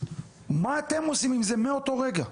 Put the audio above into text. מה אתם עושים עם זה מאותו רגע?